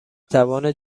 توان